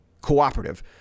cooperative